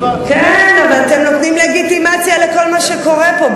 כן, אתם נותנים לגיטימציה לכל מה שקורה פה.